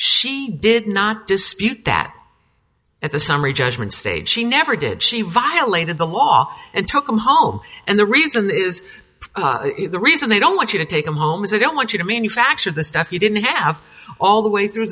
she did not dispute that at the summary judgment stage she never did she violated the law and took them home and the reason is the reason they don't want you to take them home is they don't want you to manufacture the stuff you didn't have all the way through